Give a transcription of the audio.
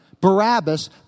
Barabbas